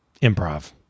Improv